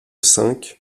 cinq